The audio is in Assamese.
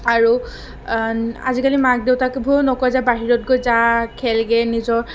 আৰু আজিকালিৰ মাক দেউতাকবোৰেও নকয় যে বাহিৰত গৈ যা খেলগৈ নিজৰ